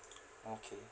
okay